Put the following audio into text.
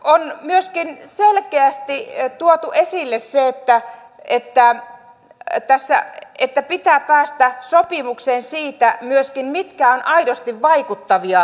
on myöskin selkeästi tuotu esille se että pitää päästä sopimukseen myöskin siitä mitkä ovat aidosti vaikuttavia asioita